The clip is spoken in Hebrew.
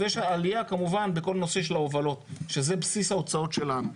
עלייה בכל הנושא של ההובלות שזה בסיס ההוצאות שלנו.